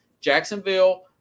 Jacksonville